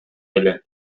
эле